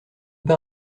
pas